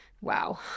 wow